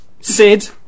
Sid